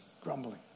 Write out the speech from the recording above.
grumbling